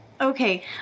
okay